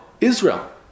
Israel